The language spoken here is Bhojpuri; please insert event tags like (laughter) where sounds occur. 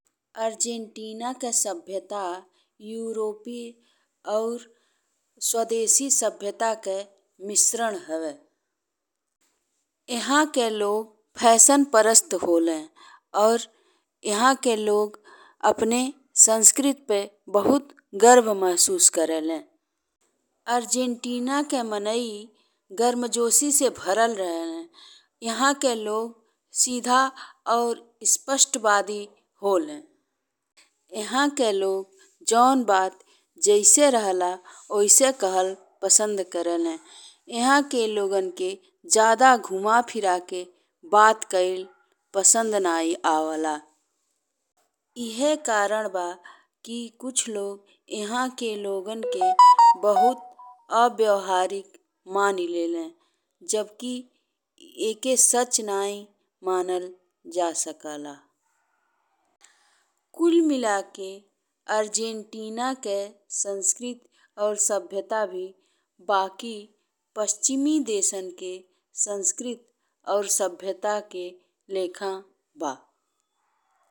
अर्जेन्टीना के सभ्यता यूरोपीय और स्वदेशी सभ्यता के मिश्रण हवे। इहाँ के लोग फैशनपरस्त होले और इहाँ के लोग अपने संस्कृति पे बहुत गर्व महसूस करेलें। अर्जेन्टीना के माने गर्मजोशी से भरल रहेला। इहाँ के लोग सीधा और स्पष्टवादी होले। इहाँ के लोग जउन बात जइसे रहेला ओइसै कहल पसंद करेलें। इहाँ के लोगन के ज्यादा घुमा फिरा के बात कइल पसंद नइखे आवला। एहे कारण बा कि कुछ लोग (noise) इहाँ के लोगन के बहुत अव्यवहारिक मान ले लें जबकि ई सच नाहीं मानल जा सकला। कुल मिला के अर्जेन्टीना के संस्कृति और सभ्यता भी बाकी पश्चिमी देशन के संस्कृति और सभ्यता के लेखा बा।